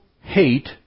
hate